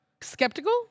Skeptical